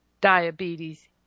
diabetes